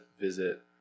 visit